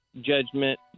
judgment